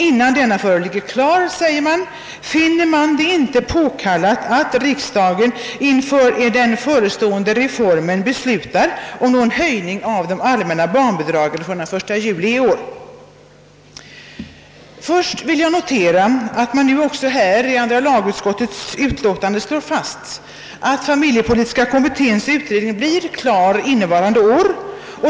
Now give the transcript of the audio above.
Innan denna föreligger klar, säger man, är det inte påkallat att riksdagen inför den förestående reformen beslutar om någon höjning av de allmänna barnbidragen från den 1 juli i år. Först vill jag notera, att det också här i andra lagutskottets utlåtande slås fast att familjepolitiska kommitténs utredning blir klar innevarande år.